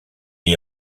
est